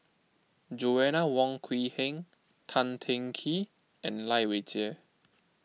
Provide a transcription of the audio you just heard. Joanna Wong Quee Heng Tan Teng Kee and Lai Weijie